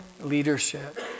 leadership